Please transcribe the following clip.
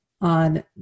on